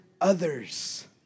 others